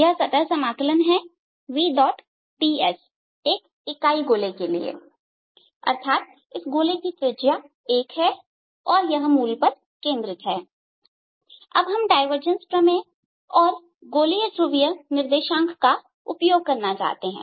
यह सतह समाकलन है Vds एक इकाई गोले के लिए अर्थात इस गोले की त्रिज्या 1 है और यह मूल पर केंद्रित है और हम डायवर्जेंस प्रमेय और गोलीय ध्रुवीय निर्देशांक का उपयोग करना चाहते हैं